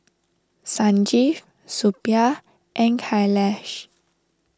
Sanjeev Suppiah and Kailash